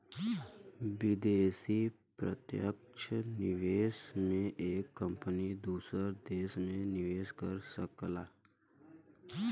विदेशी प्रत्यक्ष निवेश में एक कंपनी दूसर देस में निवेस कर सकला